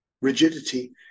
Rigidity